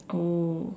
oh